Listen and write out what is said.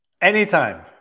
anytime